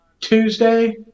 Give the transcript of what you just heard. Tuesday